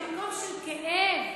ממקום של כאב.